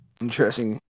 Interesting